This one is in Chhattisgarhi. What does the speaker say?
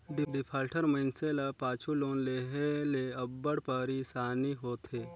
डिफाल्टर मइनसे ल पाछू लोन लेहे ले अब्बड़ पइरसानी होथे